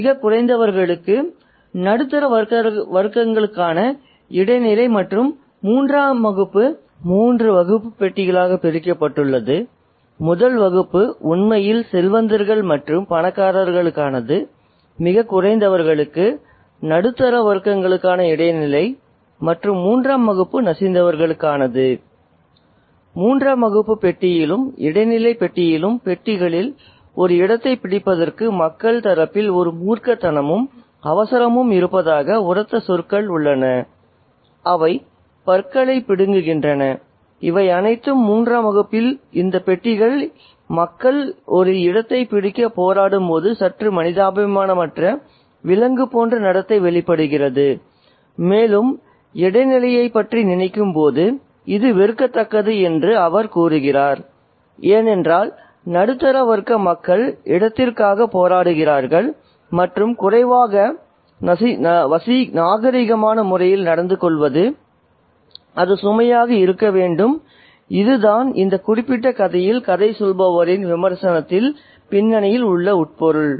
மிகக் குறைந்தவர்களுக்கு நடுத்தர வர்க்கங்களுக்கான இடைநிலை மற்றும் மூன்றாம் வகுப்பு நசிந்தவர்களுக்கானது மூன்றாம் வகுப்பு பெட்டியிலும் இடைநிலை பெட்டியிலும் பெட்டிகளில் ஒரு இடத்தைப் பிடிப்பதற்கு மக்கள் தரப்பில் ஒரு மூர்க்கத்தனமும் அவசரமும் இருப்பதாக உரத்த சொற்கள் உள்ளன அவை பற்களைப் பிடுங்குகின்றன இவை அனைத்தும் மூன்றாம் வகுப்பில் இந்த பெட்டிகளில் மக்கள் ஒரு இடத்தைப் பிடிக்க போராடும்போது சற்று மனிதாபிமானமற்ற விலங்கு போன்ற நடத்தை வெளிப்படுகிறது மேலும் இடைநிலையைப் பற்றி நினைக்கும் போது இது வெறுக்கத்தக்கது என்று அவர் கூறுகிறார் ஏனென்றால் நடுத்தர வர்க்க மக்கள் இடத்திற்காக போராடுகிறார்கள் மற்றும் குறைவாக நாகரீகமான முறையில் நடந்துகொள்வது அது சுமையாக இருக்க வேண்டும் இதுதான் இந்த குறிப்பிட்ட கதையில் கதை சொல்பவரின் விமர்சனத்தின் பின்னணியில் உள்ள உட்பொருள்